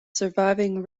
surviving